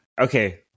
Okay